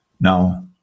Now